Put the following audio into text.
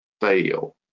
fail